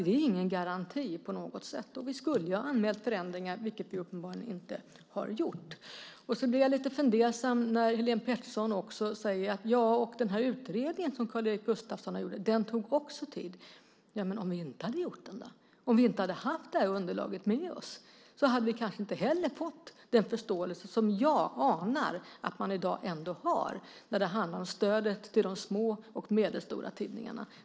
Det är inte på något sätt någon garanti. Vi skulle ha anmält förändringar, vilket vi uppenbarligen inte har gjort. Jag blir lite fundersam när Helene Petersson säger att utredningen som Karl Erik Gustafsson gjorde också tog tid. Men tänk om vi inte hade gjort den och inte haft underlaget med oss! Då hade vi kanske inte fått den förståelse som jag anar att man i dag ändå har när det handlar om stödet till de små och medelstora tidningarna.